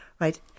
Right